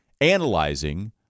analyzing